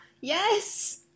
Yes